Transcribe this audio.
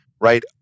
right